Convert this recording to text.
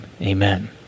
Amen